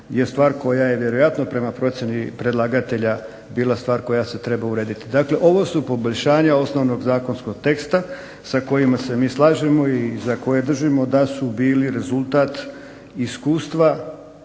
je stvar koja je vjerojatno prema procjeni predlagatelja bila stvar koja se treba urediti. Dakle ovo su poboljšanja osnovnog zakonskog teksta s kojima se mi slažemo i za koje držimo da su bili rezultat iskustva,